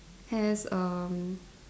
has erm